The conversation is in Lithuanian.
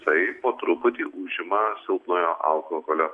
taip po truputį užima silpnojo alkoholio